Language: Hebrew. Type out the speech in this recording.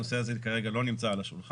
הנושא הזה כרגע לא נמצא על השולחן